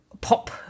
pop